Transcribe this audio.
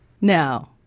Now